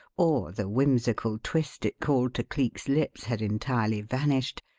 or the whimsical twist it called to cleek's lips had entirely vanished,